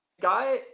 guy